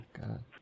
God